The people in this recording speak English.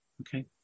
Okay